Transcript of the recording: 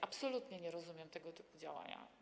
Absolutnie nie rozumiem tego typu działania.